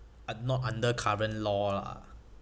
uh not under current law lah